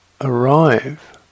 arrive